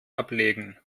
ablegen